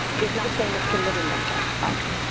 is no same as submitting them to us,